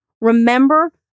Remember